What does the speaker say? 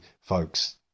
folks